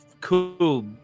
cool